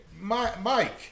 Mike